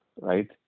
Right